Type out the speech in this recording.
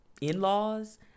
in-laws